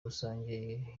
rusange